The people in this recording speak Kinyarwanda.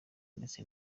ndetse